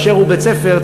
באשר הוא בית-ספר,